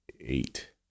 eight